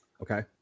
Okay